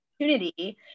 opportunity